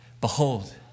behold